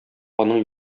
аның